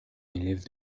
élève